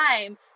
time